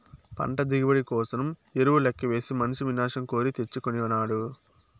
పంట దిగుబడి కోసరం ఎరువు లెక్కవేసి మనిసి వినాశం కోరి తెచ్చుకొనినాడు